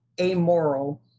amoral